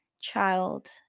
child